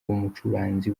umucuranzi